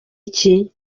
iki